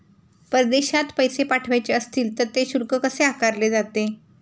परदेशात पैसे पाठवायचे असतील तर शुल्क कसे आकारले जाते?